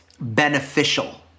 beneficial